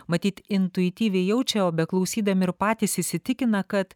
matyt intuityviai jaučia o beklausydami ir patys įsitikina kad